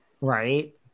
right